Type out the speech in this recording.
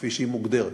כפי שהיא מוגדרת,